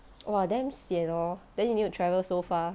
!wah! damn sian hor then you need travel so far